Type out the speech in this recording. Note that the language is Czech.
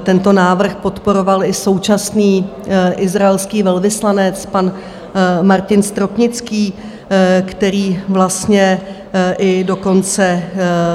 Tento návrh podporoval i současný izraelský velvyslanec pan Martin Stropnický, který vlastně i dokonce